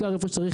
כאן אני עושה